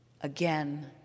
again